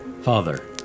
Father